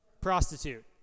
prostitute